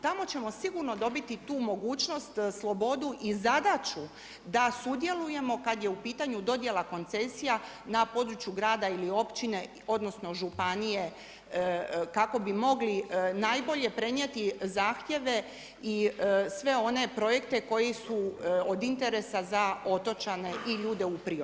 Tamo ćemo sigurno dobiti tu mogućnost, slobodu i zadaću da sudjelujemo kada je u pitanju dodjela koncesija na području grada ili općine, odnosno županije kako bi mogli najbolje prenijeti zahtjeve i sve one projekte koji su od interesa za otočane i ljude u priobalju.